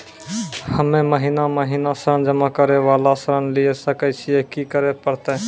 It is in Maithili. हम्मे महीना महीना ऋण जमा करे वाला ऋण लिये सकय छियै, की करे परतै?